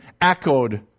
echoed